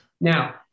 Now